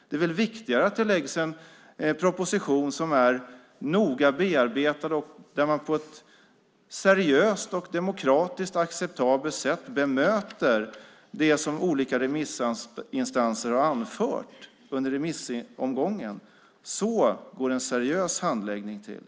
Det är väl viktigare att det läggs fram en noga bearbetad proposition där man på ett seriöst och demokratiskt acceptabelt sätt bemöter det som de olika remissinstanserna anfört under remissomgången. Så går en seriös handläggning till.